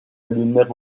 allumer